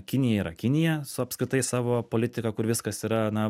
kinija yra kinija su apskritai savo politika kur viskas yra na